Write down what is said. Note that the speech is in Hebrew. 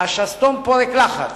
השסתום פורק לחץ.